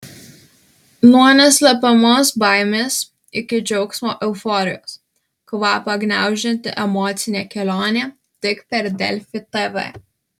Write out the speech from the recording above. nuo neslepiamos baimės iki džiaugsmo euforijos kvapą gniaužianti emocinė kelionė tik per delfi tv